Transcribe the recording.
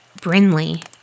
Brinley